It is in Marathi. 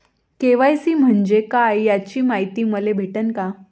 के.वाय.सी म्हंजे काय याची मायती मले भेटन का?